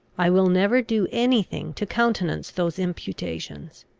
i will never do any thing to countenance those imputations.